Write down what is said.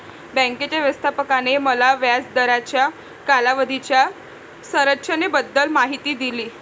बँकेच्या व्यवस्थापकाने मला व्याज दराच्या कालावधीच्या संरचनेबद्दल माहिती दिली